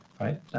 Right